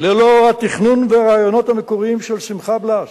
ללא התכנון והרעיונות המקוריים של שמחה בלאס,